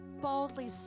boldly